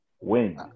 Win